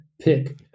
pick